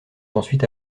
ensuite